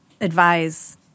advise